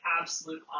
absolute